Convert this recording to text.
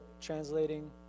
translating